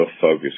focus